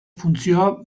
funtzioa